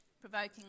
provoking